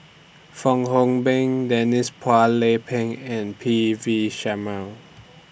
Fong Hoe Beng Denise Phua Lay Peng and P V Sharma